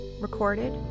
recorded